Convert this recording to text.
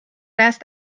است